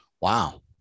Wow